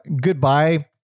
Goodbye